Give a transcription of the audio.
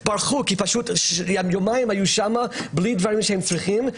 כי יומיים הם היו שם בלי דברים שהם צריכים.